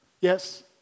Yes